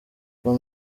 kuba